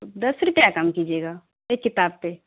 دس روپیہ کم کیجیے گا ایک کتاب پہ